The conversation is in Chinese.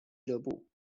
俱乐部